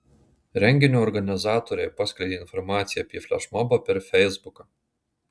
renginio organizatoriai paskleidė informaciją apie flešmobą per feisbuką